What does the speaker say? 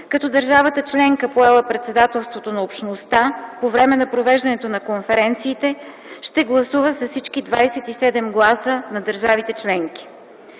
като държавата членка, поела председателството на Общността, по време на провеждането на конференциите ще гласува с всичките 27 гласа на държавите членки.